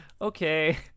okay